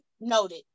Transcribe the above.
noted